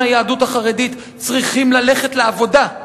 היהדות החרדית צריכים ללכת לעבודה,